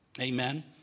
Amen